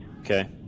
Okay